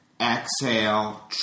exhale